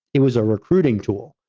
it was a recruiting tool,